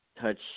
touch